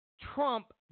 Trump